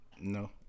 No